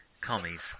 commies